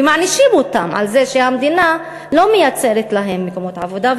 ומענישים אותם על זה שהמדינה לא מייצרת להם מקומות עבודה,